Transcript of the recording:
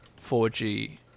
4G